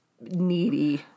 needy